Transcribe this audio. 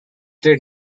did